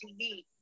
TV